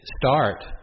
start